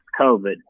COVID